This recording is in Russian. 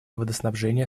водоснабжения